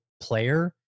player